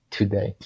Today